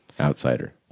outsider